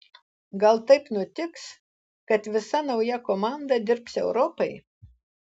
gal taip nutiks kad visa nauja komanda dirbs europai